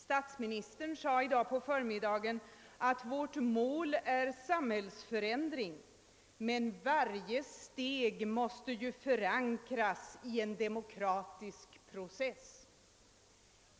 Statsministern sade i dag på förmiddagen att vårt mål är samhällsförändring men att varje steg måste förankras i en demokratisk process.